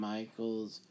Michaels